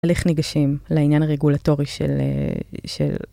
הליך ניגשים לעניין הרגולטורי של...